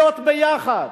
להיות יחד,